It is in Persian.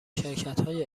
شرکتهای